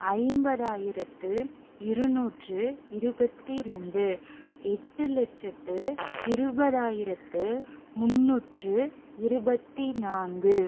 ஐம்பதாயிரத்து இருநூற்று இருபத்தி ரெண்டு எட்டு லட்சத்து இருபதாயிரத்து முந்நூற்று இருபத்தி நான்கு